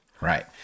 Right